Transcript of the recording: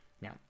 Now